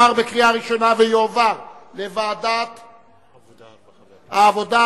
לוועדת העבודה,